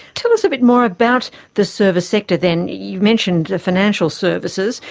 tell us a bit more about the service sector, then. you mentioned financial services,